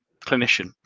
clinician